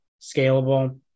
scalable